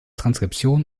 transkription